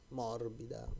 morbida